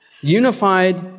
Unified